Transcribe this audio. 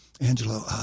Angelo